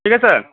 ঠিক আছে